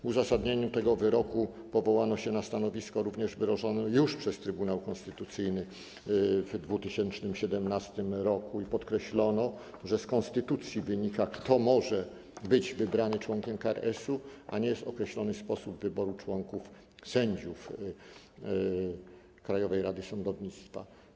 W uzasadnieniu tego wyroku powołano się na stanowisko wyrażone również przez Trybunał Konstytucyjny już w 2017 r. i podkreślono, że z konstytucji wynika, kto może być wybrany członkiem KRS, natomiast nie jest określony sposób wyboru członków sędziów Krajowej Rady Sądownictwa.